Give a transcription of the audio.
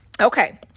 Okay